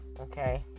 okay